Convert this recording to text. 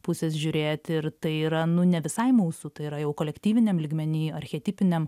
pusės žiūrėti ir tai yra nu ne visai mūsų tai yra jau kolektyviniam lygmeny archetipiniam